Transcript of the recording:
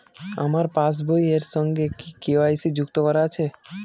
আমার পাসবই এর সঙ্গে কি কে.ওয়াই.সি যুক্ত করা আছে?